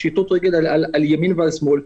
פשיטות רגל על ימין ועל שמאל.